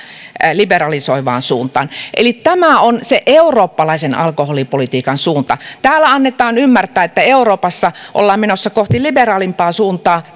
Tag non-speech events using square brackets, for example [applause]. liberalisoivaan suuntaan eli tämä on se eurooppalaisen alkoholipolitiikan suunta täällä annetaan ymmärtää että euroopassa ollaan menossa kohti liberaalimpaa suuntaa [unintelligible]